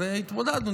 אז התמודדנו,